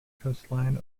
coastline